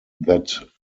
that